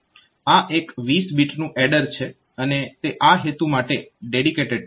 આ એક 20 બીટનું એડર છે અને તે આ હેતુ માટે ડેડિકેટેડ છે